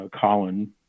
colin